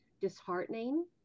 disheartening